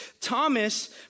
Thomas